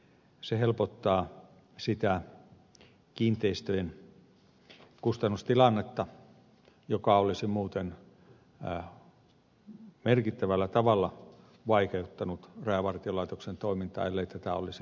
se helpottaa sitä kiinteistöjen kustannustilannetta joka olisi muuten merkittävällä tavalla vaikeuttanut rajavartiolaitoksen toimintaa ellei tätä olisi lisätty